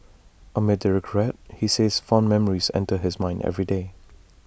amid the regret he says fond memories enter his mind every day